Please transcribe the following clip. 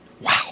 Wow